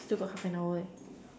still got half an hour